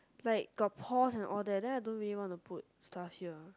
like got pores and all that then I don't really want to put stuff here